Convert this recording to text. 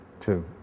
two